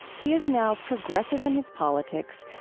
he is now progressive in his politics,